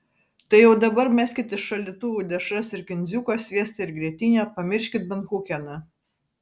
tai jau dabar meskit iš šaldytuvų dešras ir kindziuką sviestą ir grietinę pamirškit bankucheną